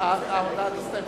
ההודעה נסתיימה.